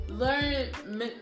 learn